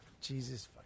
Jesus